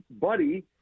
buddy—